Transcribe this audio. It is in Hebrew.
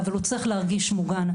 אבל הוא צריך להרגיש מוגן.